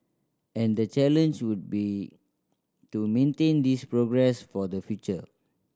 and the challenge would be to maintain this progress for the future